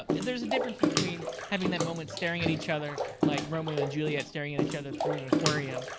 ah there's a difference between having that moment, staring at each other like, romeo and juliet staring at each other through and an aquarium,